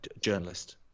journalist